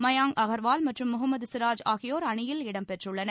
மயாங் அகர்வால் மற்றும் முகமது சிராஜ் ஆகியோர் அணியில் இடம் பெற்றுள்ளனர்